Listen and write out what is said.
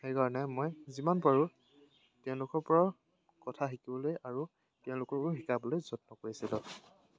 সেইকাৰণে মই যিমান পাৰোঁ তেওঁলোকৰ পৰা কথা শিকিবলৈ আৰু তেওঁলোককো শিকাবলৈ যত্ন কৰিছিলোঁ